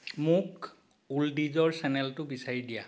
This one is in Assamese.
মোক ওল্ডীজৰ চেনেলটো বিচাৰি দিয়া